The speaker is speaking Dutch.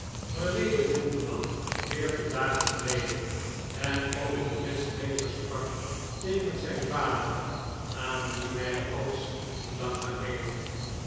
verleden donderdag veertien dagen geleden en over het britsche leger sprak tegen zijn vader aan wien hij alles te danken heeft